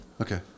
Okay